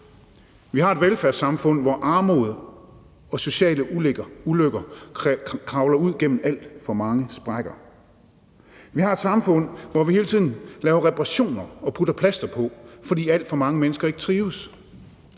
Vi har et velfærdssamfund, hvor armod og sociale ulykker kravler ud gennem alt for mange sprækker. Vi har et samfund, hvor vi hele tiden laver reparationer og sætter plaster på, fordi alt for mange mennesker ikke trives,